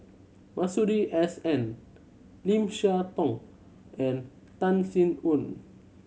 Masuri S N Lim Siah Tong and Tan Sin Aun